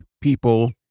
people